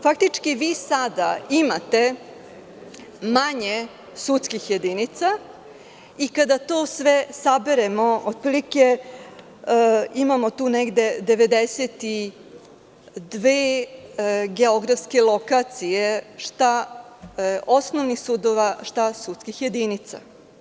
Faktički vi sada imate manje sudskih jedinica i kada sve to saberemo, otprilike imamo tu negde 92 geografske lokacije šta osnovnih sudova, šta sudskih jedinica.